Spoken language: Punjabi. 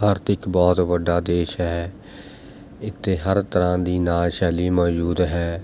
ਭਾਰਤ ਇੱਕ ਬਹੁਤ ਵੱਡਾ ਦੇਸ਼ ਹੈ ਇੱਥੇ ਹਰ ਤਰ੍ਹਾਂ ਦੀ ਨਾਚ ਸ਼ੈਲੀ ਮੌਜੂਦ ਹੈ